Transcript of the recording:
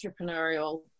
entrepreneurial